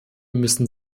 müssen